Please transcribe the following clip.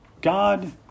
God